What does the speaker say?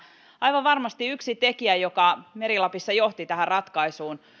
aivan varmasti yksi tekijä joka meri lapissa johti tähän ratkaisuun